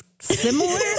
Similar